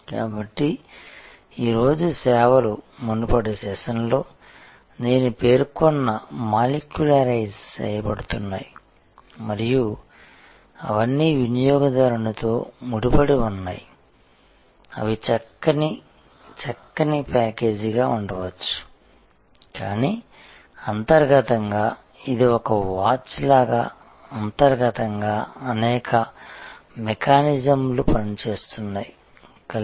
కాబట్టి ఈరోజు సేవలు మునుపటి సెషన్లో నేను పేర్కొన్న మాలిక్యులరైజ్ చేయబడుతున్నాయి మరియు అవన్నీ వినియోగదారునితో ముడిపడి ఉన్నాయి అవి చక్కని చక్కని ప్యాకేజీగా ఉండవచ్చు కానీ అంతర్గతంగా ఇది ఒక వాచ్ లాగా అంతర్గతంగా అనేక మెకానిజమ్లు పనిచేస్తున్నాయి కలిసి